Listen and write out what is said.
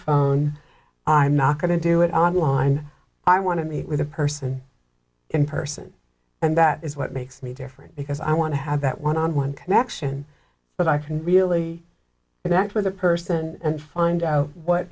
own i'm not going to do it online i want to meet with the person in person and that is what makes me different because i want to have that one on one connection but i can really connect with the person and find out what